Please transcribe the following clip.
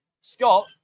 Scott